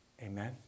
Amen